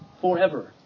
forever